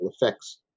effects